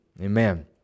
Amen